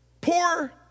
poor